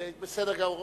בסדר גמור.